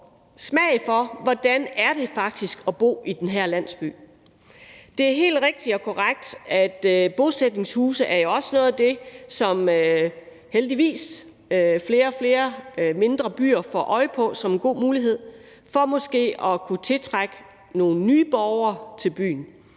på, hvordan det faktisk er at bo i den pågældende landsby. Det er helt rigtigt og korrekt, at bosætningshuse jo også er noget af det, som flere og flere mindre byer heldigvis får øje på som en god mulighed for måske at kunne tiltrække nogle nye borgere til byen.